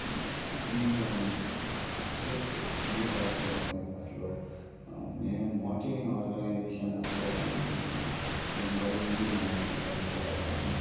आनी तशेंच खंय रावतलो खंय खातलो म्हळ हें मोटें ऑर्गनायजेशन आसल्या कारणान किंवा एक बरें इवँट मॅनेजमँटान केल्ल्या कारणान